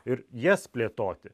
ir jas plėtoti